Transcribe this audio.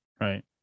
right